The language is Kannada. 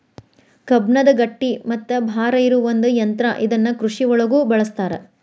ಕಬ್ಬಣದ ಗಟ್ಟಿ ಮತ್ತ ಭಾರ ಇರು ಒಂದ ಯಂತ್ರಾ ಇದನ್ನ ಕೃಷಿ ಒಳಗು ಬಳಸ್ತಾರ